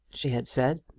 she had said.